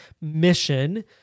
mission